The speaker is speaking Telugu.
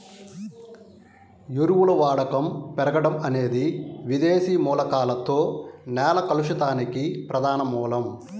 ఎరువుల వాడకం పెరగడం అనేది విదేశీ మూలకాలతో నేల కలుషితానికి ప్రధాన మూలం